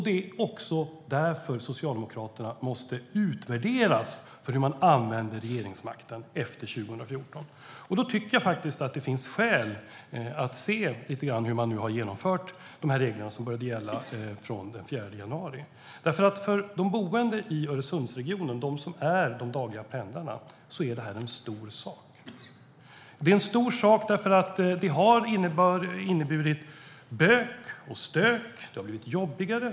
Det är därför Socialdemokraterna måste utvärderas beträffande hur de använder regeringsmakten sedan 2014. Därför finns det skäl att se på hur de regler som började gälla från den 4 januari har genomförts. För de boende i Öresundsregionen, för dem som är de dagliga pendlarna, är det en stor sak. Det är stor sak eftersom det har inneburit bök och stök. Det har blivit jobbigare.